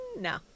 no